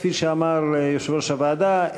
כפי שאמר יושב-ראש הוועדה,